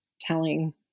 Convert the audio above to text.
telling